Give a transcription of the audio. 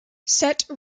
set